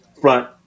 front